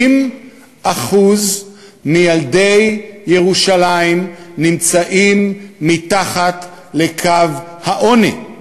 60% מילדי ירושלים נמצאים מתחת לקו העוני.